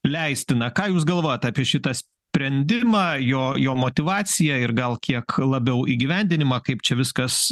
leistina ką jūs galvojat apie šitą sprendimą jo jo motyvaciją ir gal kiek labiau įgyvendinimą kaip čia viskas